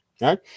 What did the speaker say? right